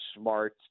smart